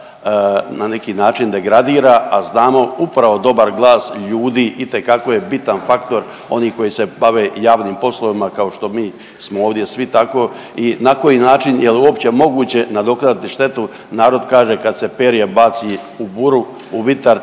na neki način degradira, a znamo upravo dobar glas ljudi itekako je bitan faktor oni koji se bave javnim poslovima kao što mi smo ovdje svi, tako i na koji način jel' uopće moguće nadoknaditi štetu? Narod kaže kad se perje baci u buru, u vitar